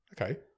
okay